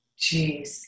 Jeez